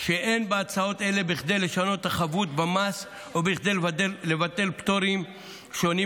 שאין בהצעות אלה כדי לשנות את החבות במס או כדי לבטל פטורים שונים,